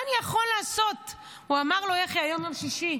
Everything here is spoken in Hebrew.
יחי אמר לו, היום יום שישי,